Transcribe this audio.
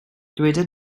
dyweda